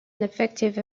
ineffective